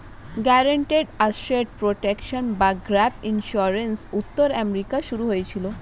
guaranteed asset protection বা gap insurance উত্তর আমেরিকায় শুরু হয়েছিল